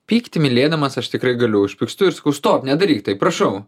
pykti mylėdamas aš tikrai galiu užpykstu ir sakau stop nedaryk taip prašau